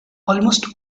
almost